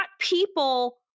people